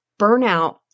burnout